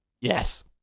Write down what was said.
Yes